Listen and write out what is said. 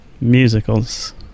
musicals